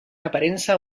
aparença